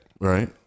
Right